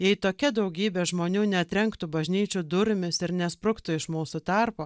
jei tokia daugybė žmonių netrenktų bažnyčių durimis ir nespruktų iš mūsų tarpo